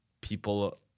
people